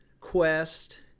quest